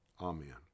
Amen